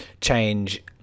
change